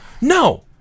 No